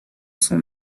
son